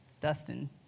Dustin